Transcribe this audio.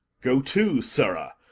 go to, sirrah!